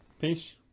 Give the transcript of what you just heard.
Peace